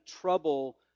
trouble